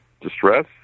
distress